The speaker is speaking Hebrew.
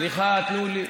סליחה, תנו לי.